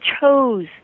chose